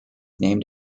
named